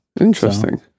Interesting